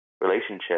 relationship